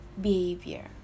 behavior